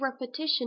repetition